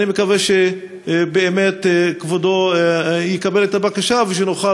אני מקווה שכבודו באמת יקבל את הבקשה, ונוכל